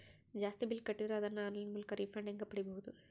ಜಾಸ್ತಿ ಬಿಲ್ ಕಟ್ಟಿದರ ಅದನ್ನ ಆನ್ಲೈನ್ ಮೂಲಕ ರಿಫಂಡ ಹೆಂಗ್ ಪಡಿಬಹುದು?